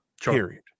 Period